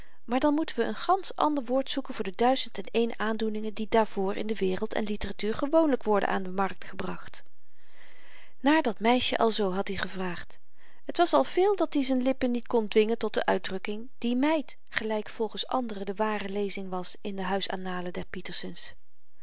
maar dan moeten we n gansch ander woord zoeken voor de duizend en een aandoeningen die daarvoor in de wereld en litteratuur gewoonlyk worden aan de markt gebracht naar dat meisjen alzoo had i gevraagd t was al veel dat-i z'n lippen niet kon dwingen tot de uitdrukking die meid gelyk volgens anderen de ware lezing was in de huisannalen der